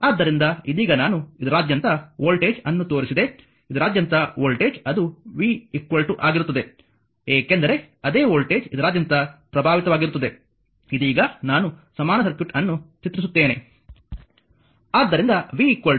ಆದ್ದರಿಂದ ಇದೀಗ ನಾನು ಇದರಾದ್ಯಂತ ವೋಲ್ಟೇಜ್ ಅನ್ನು ತೋರಿಸಿದೆ ಇದರಾದ್ಯಂತ ವೋಲ್ಟೇಜ್ ಅದು v ಆಗಿರುತ್ತದೆ ಏಕೆಂದರೆ ಅದೇ ವೋಲ್ಟೇಜ್ ಇದರಾದ್ಯಂತ ಪ್ರಭಾವಿತವಾಗಿರುತ್ತದೆ ಇದೀಗ ನಾನು ಸಮಾನ ಸರ್ಕ್ಯೂಟ್ ಅನ್ನು ಚಿತ್ರಿಸುತ್ತೇನೆ